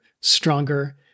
stronger